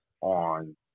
on